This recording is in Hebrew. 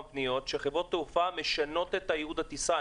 פניות שחברות תעופה משנות את ייעוד הטיסה.